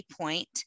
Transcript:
Point